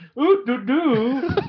ooh-doo-doo